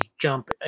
jump